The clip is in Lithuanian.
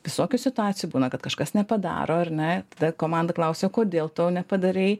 visokių situacijų būna kad kažkas nepadaro ar ne komanda klausia kodėl to nepadarei